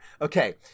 Okay